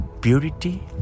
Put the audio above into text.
purity